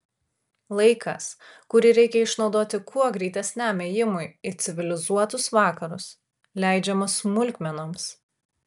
laikas kurį reikia išnaudoti kuo greitesniam ėjimui į civilizuotus vakarus leidžiamas smulkmenoms